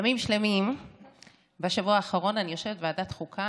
ימים שלמים בשבוע האחרון אני יושבת בוועדת החוקה